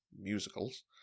musicals